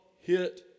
hit